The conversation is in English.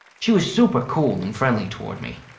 she was super cool and friendly toward me.